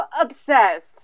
obsessed